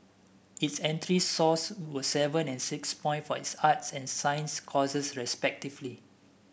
its entry were seven and six point for its arts and science courses respectively